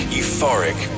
euphoric